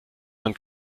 man